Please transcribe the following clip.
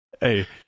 hey